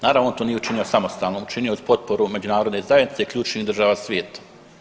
Naravno to nije učinio samostalno, učinio je uz potporu međunarodne zajednice i ključnih država svijeta.